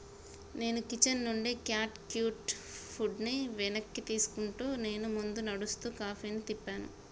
నేను కిచెన్ నుండి cat cute ఫుడ్ని వెనక్కి తీసుకుంటూ నేను ముందు నడుస్తూ కాఫీని తిప్పాను